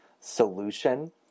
solution